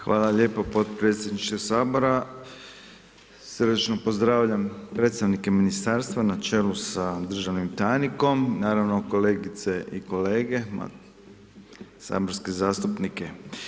Hvala lijepo podpredsjedniče sabora, srdačno pozdravljam predstavnike ministarstva na čelu sa državnim tajnikom, naravno kolegice i kolege saborske zastupnike.